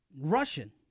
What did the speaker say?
Russian